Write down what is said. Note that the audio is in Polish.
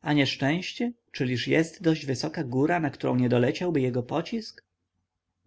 a nieszczęście czyliż jest dość wysoka góra na którą nie doleciałby jego pocisk